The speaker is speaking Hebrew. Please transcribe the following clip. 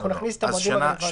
נכניס את המועדים הרלוונטיים.